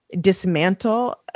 dismantle